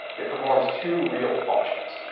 it performs two real functions.